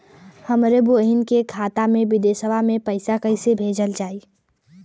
हमरे बहन के खाता मे विदेशवा मे पैसा कई से भेजल जाई?